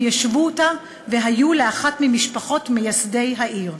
הם יישבו אותה והיו לאחת ממשפחות מייסדי העיר.